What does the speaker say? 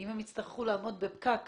אם הם יצטרכו לעמוד בפקק,